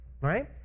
right